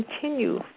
continue